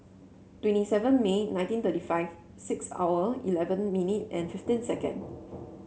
twenty seven May nineteen thirty five six hour eleven minute and fifteen second